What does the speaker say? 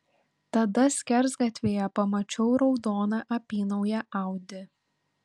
tada skersgatvyje pamačiau raudoną apynauję audi